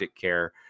care